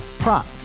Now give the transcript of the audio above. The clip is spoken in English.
Prop